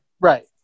Right